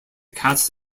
cats